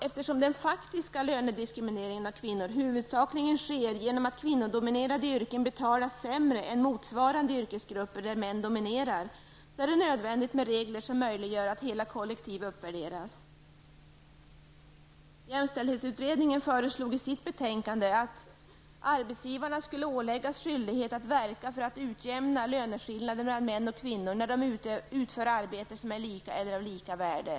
Eftersom den faktiska lönediskrimineringen av kvinnor huvudsakligen sker genom att kvinnodominerade yrken betalas sämre än motsvarande yrkesgrupper där män dominerar, är det nödvändigt med regler som möjliggör att hela kollektiv uppvärderas. Jämställdhetsutredningen föreslog i sitt betänkande att arbetsgivarna skulle åläggas skyldighet att verka för att utjämna löneskillnader mellan män och kvinnor när de utför arbete som är lika eller av lika värde.